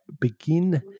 begin